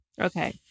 Okay